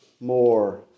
more